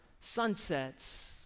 sunsets